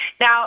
Now